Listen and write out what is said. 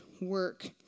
work